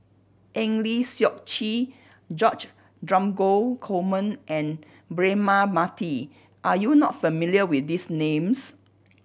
Eng Lee Seok Chee George Dromgold Coleman and Braema Mathi are you not familiar with these names